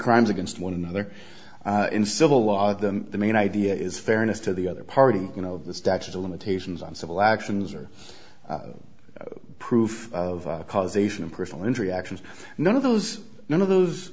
against one another in civil law the the main idea is fairness to the other party you know the statute of limitations on civil actions or proof of causation of personal injury actions none of those none of those